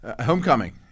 homecoming